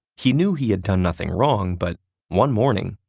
he knew he had done nothing wrong, but one morning,